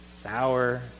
sour